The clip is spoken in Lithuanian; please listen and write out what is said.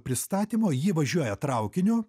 pristatymo ji važiuoja traukiniu